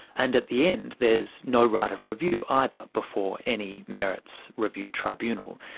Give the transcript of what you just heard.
and at the end there's no right of review either, before any merits review tribunal.